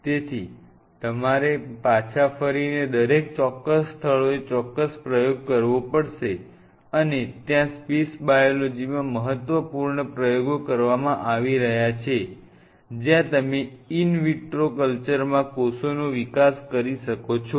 તેથી તમારે પાછા ફ રીને દરેક ચોક્કસ સ્થળોએ ચોક્કસ પ્રયોગ કરવો પડશે અને ત્યાં સ્પેસ બાયોલોજીમાં મહત્વપૂર્ણ પ્રયોગો કરવામાં આવી રહ્યા છે જ્યાં તમે ઇન વિટ્રો કલ્ચરમાં કોષોનો વિકાસ કરી શકો છો